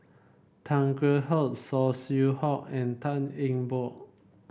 Tan Kheam Hock Saw Swee Hock and Tan Eng Bock